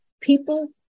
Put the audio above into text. people